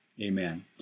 Amen